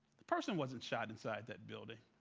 the person wasn't shot inside that building.